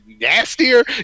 nastier